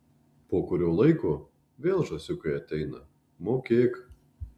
po kurio laiko vėl žąsiukai ateina mokėk